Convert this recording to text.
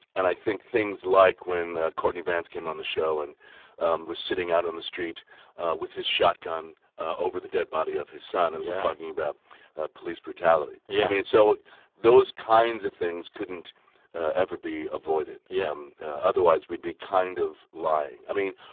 and i think things like when courtney vance came on the show and um was sitting out on the street with his shotgun over the dead body of his son and talking about ah police brutality i yeah mean, so those kinds of things couldn't ever be avoided. yeah um otherwise, we'd be kind of lying. i mean,